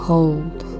Hold